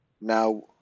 Now